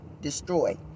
destroy